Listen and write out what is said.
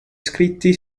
scritti